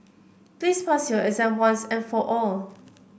please pass your exam once and for all